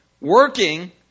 working